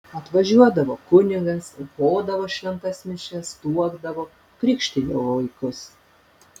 atvažiuodavo kunigas aukodavo šventas mišias tuokdavo krikštijo vaikus